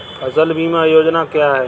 फसल बीमा योजना क्या है?